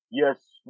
Yes